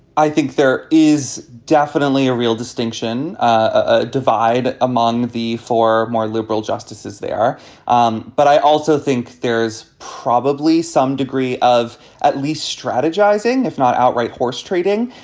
i think there is definitely a real distinction ah divide among the four more liberal justices there. um but i also think there's probably some degree of at least strategizing, if not outright horse trading.